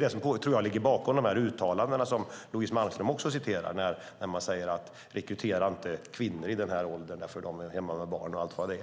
det som jag tror ligger bakom de uttalanden som Louise Malmström citerar där man säger att man inte ska rekrytera kvinnor i den här åldern eftersom de är hemma med barn.